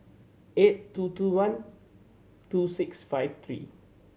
eight two two one two six five three